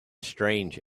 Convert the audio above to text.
strange